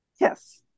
Yes